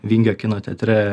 vingio kino teatre